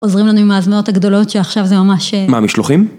-עוזרים לנו עם ההזמנות הגדולות, שעכשיו זה ממש... -מה, משלוחים?